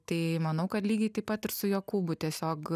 tai manau kad lygiai taip pat ir su jokūbu tiesiog